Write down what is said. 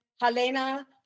Helena